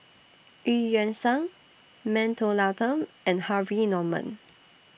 EU Yan Sang Mentholatum and Harvey Norman